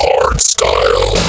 Hardstyle